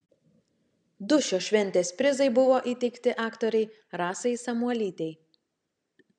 du šios šventės prizai buvo įteikti aktorei rasai samuolytei